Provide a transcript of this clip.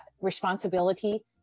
responsibility